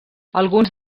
alguns